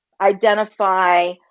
identify